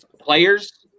players